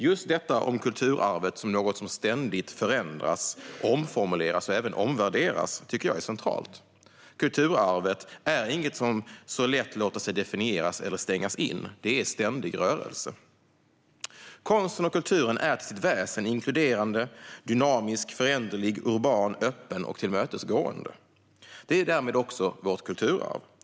Just detta om kulturarvet som något som ständigt förändras, omformuleras och även omvärderas tycker jag är centralt. Kulturarvet är inget som så lätt låter sig definieras eller stängas in. Det är i ständig rörelse. Konsten och kulturen är till sitt väsen inkluderande, dynamisk, föränderlig, urban, öppen och tillmötesgående. Det är därmed också vårt kulturarv.